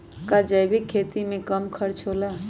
का जैविक खेती में कम खर्च होला?